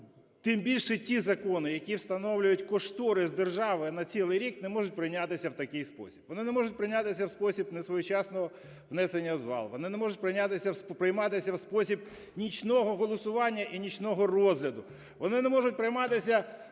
тим більше ті закони, які встановлюють кошторис держави на цілий рік, не можуть прийматися в такий спосіб. Вони не можуть прийматися в спосіб несвоєчасного внесення в зал, вони не можуть прийматися в спосіб нічного голосування і нічного розгляду, вони не можуть прийматися